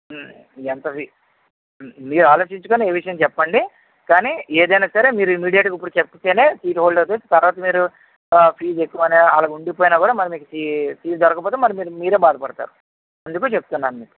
ఎంతది మీరు ఆలోచించుకొని ఏ విషయం చెప్పండి కానీ ఏదైనా సరే మీరు ఇమ్మీడియేటుగా ఇప్పుడు మీరు చెపితేనే సీట్ హోల్డ్ అవుతుంది తరువాత మీరు ఫీజు ఎక్కువని అలాగ ఉండిపోయినా కూడా మరి మీకు సీ సీట్ దొరకకపోతే మరి మీరే బాధపడతారు అందుకు చెపుతున్నాను